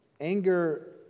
Anger